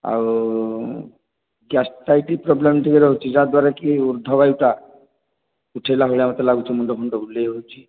ଆଉ ଗ୍ୟାସଟାଇଟି ପ୍ରୋବ୍ଲେମ ଟିକେ ରହୁଛି ଯାହା ଦ୍ଵାରା କି ଉର୍ଦ୍ଧ୍ବବାୟୁଟା ଉଠିଲା ଭଳିଆ ମୋତେ ଲାଗୁଛି ମୁଣ୍ଡ ଫୁଣ୍ଡ ବୁଲାଇ ହେଉଛି